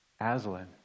Aslan